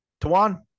Tawan